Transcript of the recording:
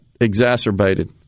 exacerbated